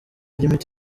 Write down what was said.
ry’imiti